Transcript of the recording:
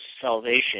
salvation